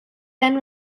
then